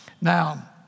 Now